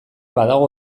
badago